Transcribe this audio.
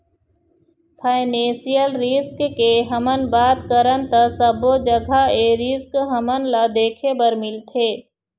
financial risk के हमन बात करन ता सब्बो जघा ए रिस्क हमन ल देखे बर मिलथे